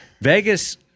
Vegas